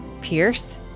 Pierce